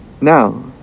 Now